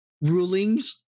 rulings